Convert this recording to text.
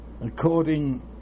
According